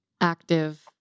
active